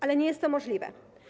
Ale nie jest to możliwe.